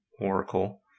Oracle